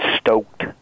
stoked